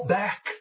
back